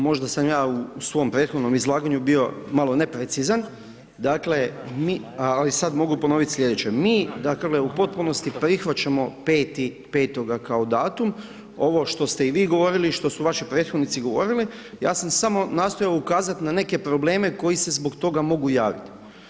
Možda sam ja u svom prethodnom izlaganju bio malo neprecizan, dakle mi, ali sad mogu ponoviti sljedeće, mi dakle, u potpunosti prihvaćamo 05.05. kao datum, ovo što ste i vi govorili, i što su vaši prethodnici govorili, ja sam samo nastojao ukazati na neke probleme koji se zbog toga mogu javit.